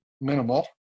minimal